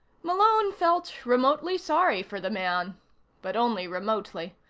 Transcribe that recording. malone felt remotely sorry for the man but only remotely.